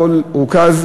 הכול רוכז,